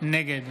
נגד